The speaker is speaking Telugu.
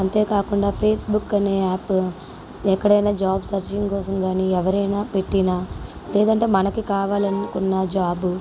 అంతే కాకుండా ఫేస్బుక్ అనే యాపు ఎక్కడైనా జాబ్ సెర్చింగ్ కోసం గానీ ఎవరైనా పెట్టిన లేదంటే మనకి కావాలనుకున్న జాబు